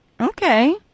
Okay